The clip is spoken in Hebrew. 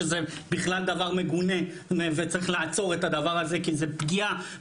שזה בכלל דבר מגונה וצריך לעצור את הדבר הזה כי זה פגיעה.